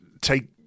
take